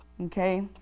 Okay